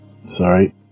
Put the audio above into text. Sorry